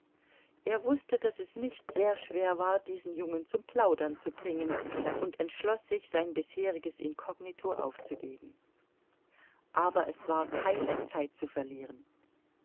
er wußte daß es nicht sehr schwer war diesen jungen zum plaudern zu bringen und entschloß sich sein bisheriges incognito aufzugeben aber es war keine zeit zu verlieren